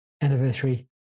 anniversary